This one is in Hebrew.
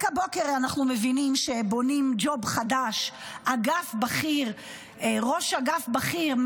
רק הבוקר אנחנו מבינים שבונים ג'וב חדש: ראש אגף בכיר,